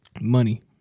Money